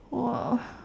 !whoa!